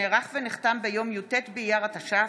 שנערך ונחתם ביום י"ט באייר התש"ף,